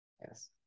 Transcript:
Yes